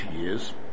years